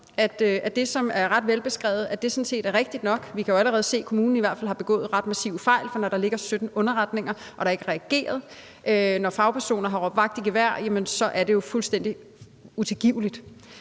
at det, som er ret velbeskrevet, sådan set er rigtigt nok. Vi kan jo allerede se, at kommunen i hvert fald har begået ret massive fejl, for når der ligger 17 underretninger og der ikke er reageret, og når fagpersoner har råbt vagt i gevær, så er det jo fuldstændig utilgiveligt.